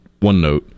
OneNote